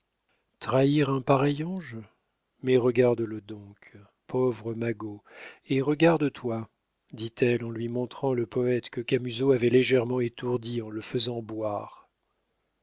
trahir un pareil ange mais regarde-le donc pauvre magot et regarde toi dit-elle en lui montrant le poète que camusot avait légèrement étourdi en le faisant boire